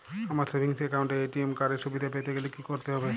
আমার savings account এ ATM card এর সুবিধা পেতে গেলে কি করতে হবে?